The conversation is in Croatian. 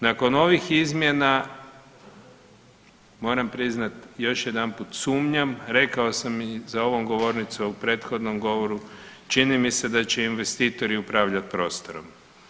Nakon ovih izmjena moram priznat još jedanput sumnjam rekao sam i za ovom govornicom u prethodnom govoru, čini mi se da će investitori upravljati prostorom.